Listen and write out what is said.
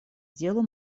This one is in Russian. делу